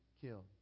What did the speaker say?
killed